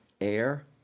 air